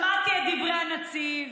שמעתי את דברי הנציב